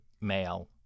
male